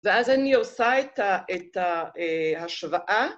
ואז אני עושה את השוואה.